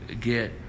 get